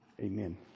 Amen